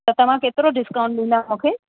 त तव्हां केतिरो डिस्काउंट ॾींदा मूंखे